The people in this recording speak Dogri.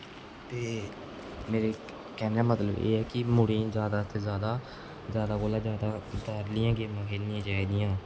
ते मेरे कैहने दा मतलब एह् ऐ कि मुडे़ं गी जैदा से जैदा कोला जैदा बाह्रलियां गेमां खेढनी चाहिदियां